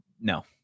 no